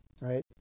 Right